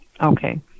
Okay